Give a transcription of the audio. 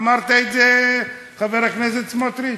אמרת את זה, חבר הכנסת סמוטריץ?